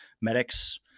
medics